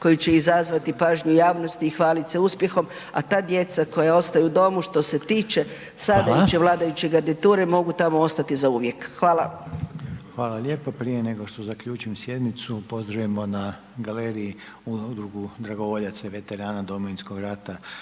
koji će izazvati pažnju javnosti i hvalit se uspjehom. A ta djeca koja ostaju u domu što se tiče sada …/Upadica: Hvala/… vladajuće garniture mogu tamo ostati zauvijek. Hvala. **Reiner, Željko (HDZ)** Hvala lijepo. Prije nego što zaključim sjednicu, pozdravimo na galeriji Udrugu dragovoljaca i veterana Domovinskog rata,